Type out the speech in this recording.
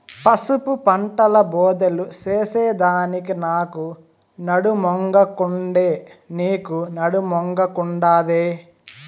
పసుపు పంటల బోదెలు చేసెదానికి నాకు నడుమొంగకుండే, నీకూ నడుమొంగకుండాదే